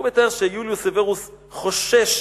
הוא מתאר שיוליוס סוורוס חושש